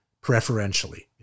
preferentially